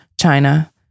China